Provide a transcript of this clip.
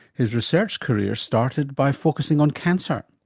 his research career started by focussing on cancer.